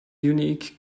unique